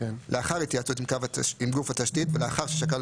לאחר התייעצות עם גוף התשתית ולאחר ששקל